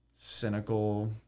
cynical